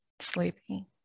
sleeping